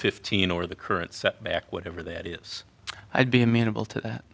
fifteen or the current setback whatever that is i'd be amenable to